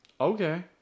Okay